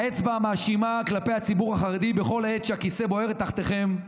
האצבע המאשימה כלפי הציבור החרדי בכל עת שהכיסא בוער תחתיכם,